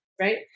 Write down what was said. right